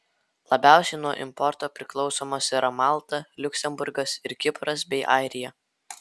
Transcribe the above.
labiausiai nuo importo priklausomos yra malta liuksemburgas ir kipras bei airija